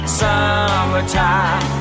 summertime